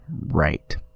right